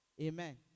Amen